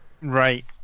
Right